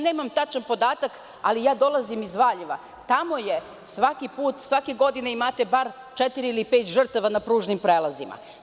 Nemam tačan podatak, ali dolazim iz Valjeva, tamo svake godine imate bar četiri ili pet žrtava na pružnim prelazima.